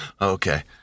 Okay